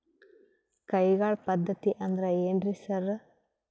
ಕೈಗಾಳ್ ಪದ್ಧತಿ ಅಂದ್ರ್ ಏನ್ರಿ ಸರ್?